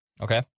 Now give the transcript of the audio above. Okay